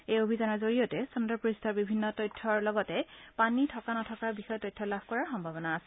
এই অভিযানৰ জৰিয়তে চন্দ্ৰপূষ্ঠৰ বিভিন্ন তথ্যৰ লগতে পানী থকা নথকাৰ বিষয়ে তথ্য লাভ কৰাৰ সম্ভাৱনা আছে